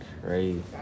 crazy